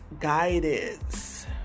Guidance